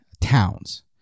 towns